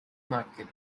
market